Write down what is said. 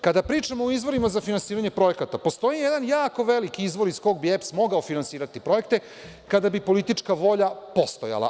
Kada pričamo o izvorima za finansiranje projekata, postoji jedan jako veliki izvor iz kog bi EPS mogao finansirati projekte, kada bi politička volja postojala.